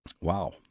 Wow